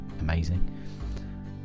amazing